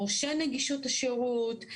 מורשי נגישות השירות,